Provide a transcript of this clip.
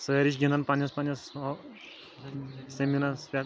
سٲری چھِ گِنٛدان پننِس پننِس ٲں زمیٖنس پٮ۪ٹھ